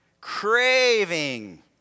craving